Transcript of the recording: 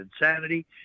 insanity